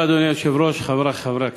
אדוני היושב-ראש, תודה, חברי חברי הכנסת,